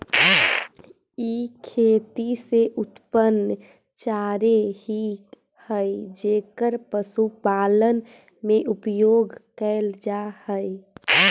ई खेती से उत्पन्न चारे ही हई जेकर पशुपालन में उपयोग कैल जा हई